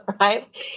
right